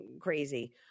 crazy